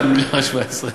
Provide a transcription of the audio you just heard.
את 1.17 המיליארד,